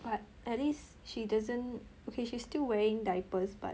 but at least she doesn't okay she's still wearing diapers but